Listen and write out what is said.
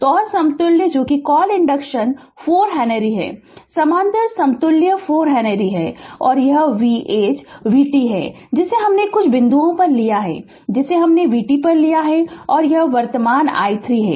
तो और समतुल्य जो कॉल इंडक्शन 4 हेनरी है समानांतर समतुल्य 4 हेनरी है और यह V ऐज vt है जिसे हमने कुछ बिंदु लिया है जिसे हमने vt लिया है और यह वर्तमान i3 है